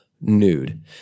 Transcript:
nude